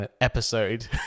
episode